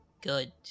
good